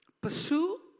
pursue